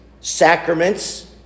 sacraments